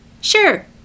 Sure